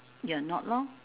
you're not lor